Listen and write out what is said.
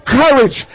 courage